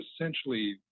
essentially